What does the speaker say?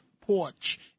porch